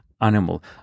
animal